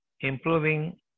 improving